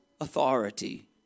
authority